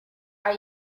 are